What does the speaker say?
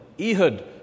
Ehud